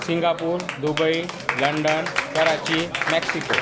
Singapore Dubai London Karachi Mexico